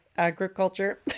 agriculture